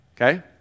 okay